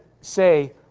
say